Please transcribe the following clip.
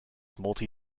multi